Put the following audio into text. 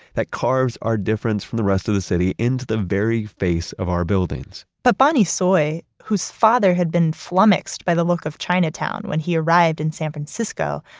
that carves our difference from the rest of the city into the very face of our buildings but bonnie tsui, whose father had been flummoxed by the look of chinatown when he arrived in san francisco,